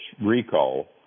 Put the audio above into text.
recall